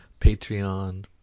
patreon